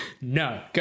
No